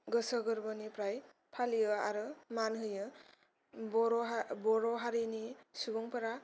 गोसो गोरबोनिफ्राय फालियो आरो मान होयो बर' हारि बर' हारिनि सुबुंफोरा